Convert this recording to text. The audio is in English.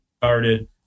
started